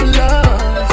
love